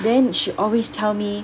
then she always tell me